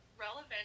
relevant